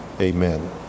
Amen